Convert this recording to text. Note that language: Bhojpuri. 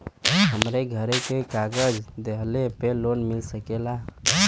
हमरे घरे के कागज दहिले पे लोन मिल सकेला?